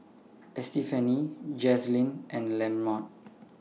Estefany Jazlyn and Lamont